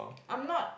I'm not